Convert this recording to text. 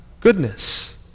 goodness